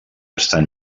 estan